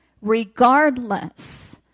regardless